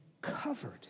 covered